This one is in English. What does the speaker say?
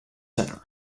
center